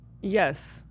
yes